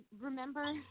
remember